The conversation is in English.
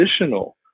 additional